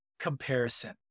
Comparison